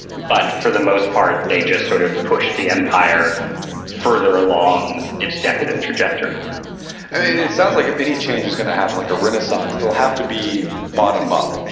but for the most part, they just sort of pushed the empire further along its decadent trajectory and it sounds like if any change is gonna happen, like a renaissance it'll have to be bottom-up.